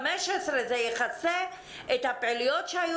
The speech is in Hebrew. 15,000 מספיק לכסות את הפעילויות שהיו